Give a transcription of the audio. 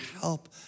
help